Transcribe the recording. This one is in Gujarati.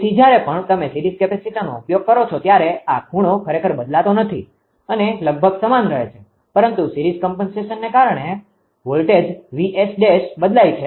તેથી જ્યારે પણ તમે સીરીઝ કેપેસિટરનો ઉપયોગ કરો છો ત્યારે આ ખૂણો ખરેખર બદલાતો નથી અને લગભગ સમાન રહે છે પરંતુ સીરીઝ કોમ્પનસેશનને કારણે વોલ્ટેજ 𝑉𝑆′ બદલાઈ છે